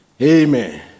Amen